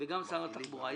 וגם שר התחבורה,